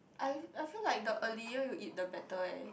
I I feel like the earlier you eat the better eh